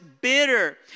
bitter